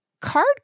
card